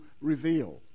reveal